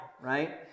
right